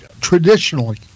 traditionally